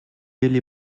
или